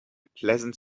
pleasant